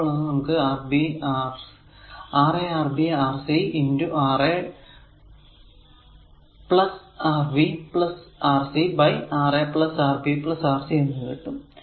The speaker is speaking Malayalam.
അപ്പോൾ നമുക്ക് Ra Rb Rc Ra Rb Rc Ra Rb Rc എന്ന് കിട്ടും